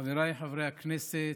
חבריי חברי הכנסת,